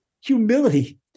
humility